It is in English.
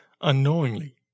Unknowingly